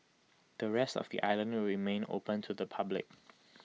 the rest of the island will remain open to the public